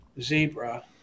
Zebra